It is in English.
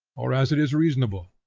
or as it is reasonable,